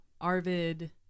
Arvid